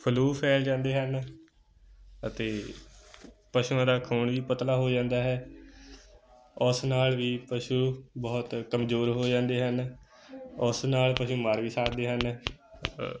flu ਫੈਲ ਜਾਂਦੇ ਹਨ ਅਤੇ ਪਸ਼ੂਆਂ ਦਾ ਖੂਨ ਪਤਲਾ ਹੋ ਜਾਂਦਾ ਹੈ ਉਸ ਨਾਲ ਵੀ ਪਸ਼ੂ ਬਹੁਤ ਕਮਜ਼ੋਰ ਹੋ ਜਾਂਦੇ ਹਨ ਉਸ ਨਾਲ ਪਸ਼ੂ ਮਰ ਵੀ ਸਕਦੇ ਹਨ